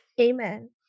Amen